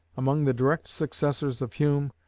among the direct successors of hume,